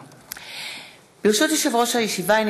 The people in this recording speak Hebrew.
ברשות יושב-ראש הכנסת,